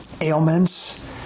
ailments